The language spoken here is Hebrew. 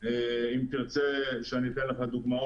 כפי שהיא היום, היא תפריע?